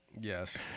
Yes